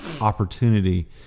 opportunity